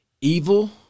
Evil